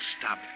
stop